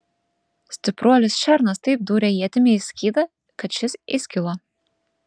stipruolis šernas taip dūrė ietimi į skydą kad šis įskilo